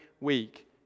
week